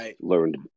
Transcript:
learned